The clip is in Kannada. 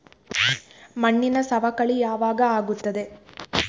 ಮಣ್ಣಿನ ಸವಕಳಿ ಯಾವಾಗ ಆಗುತ್ತದೆ?